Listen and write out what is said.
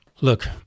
Look